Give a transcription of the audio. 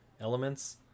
elements